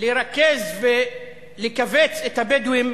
לרכז ולקבץ את הבדואים